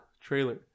trailer